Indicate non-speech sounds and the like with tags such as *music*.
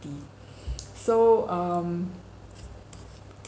*breath* so um